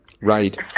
Right